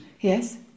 Yes